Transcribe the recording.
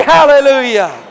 Hallelujah